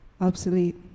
Obsolete